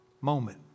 Moment